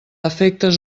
efectes